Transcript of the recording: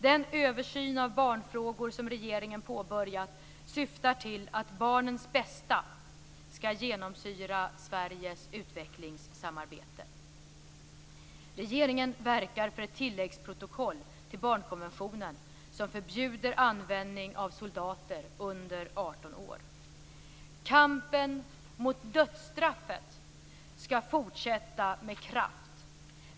Den översyn av barnfrågor som regeringen påbörjat syftar till att barnens bästa skall genomsyra Sveriges utvecklingssamarbete. Regeringen verkar för ett tilläggsprotokoll till barnkonventionen som förbjuder användning av soldater under 18 år. Kampen mot dödsstraffet skall fortsätta med kraft.